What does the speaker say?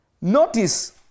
Notice